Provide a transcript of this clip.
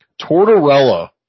Tortorella